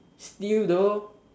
still though